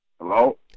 Hello